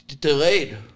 delayed